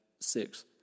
six